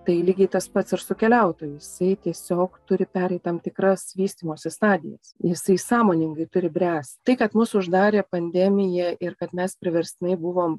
tai lygiai tas pats ir su keliautoju jisai tiesiog turi pereit tam tikras vystymosi stadijas jisai sąmoningai turi bręst tai kad mus uždarė pandemija ir kad mes priverstinai buvom